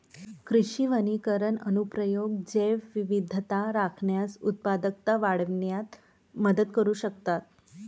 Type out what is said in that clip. कृषी वनीकरण अनुप्रयोग जैवविविधता राखण्यास, उत्पादकता वाढविण्यात मदत करू शकतात